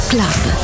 Club